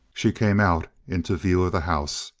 she came out into view of the house.